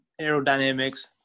aerodynamics